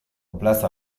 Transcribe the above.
plaza